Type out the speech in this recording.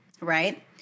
right